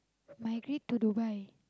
migrate to Dubai